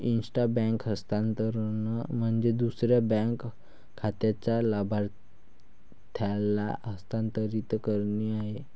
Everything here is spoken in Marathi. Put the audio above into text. इंट्रा बँक हस्तांतरण म्हणजे दुसऱ्या बँक खात्याच्या लाभार्थ्याला हस्तांतरित करणे आहे